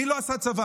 מי לא עשה צבא?